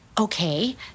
okay